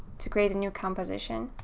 to create a new composition.